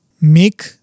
make